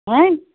وۅںۍ